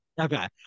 okay